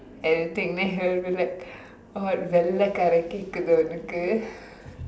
anything then he will be like what வெள்ளைக்காரன்:vellaikkaaran கேக்குதா:keekkuthaa உனக்கு:unakku